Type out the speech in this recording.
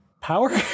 power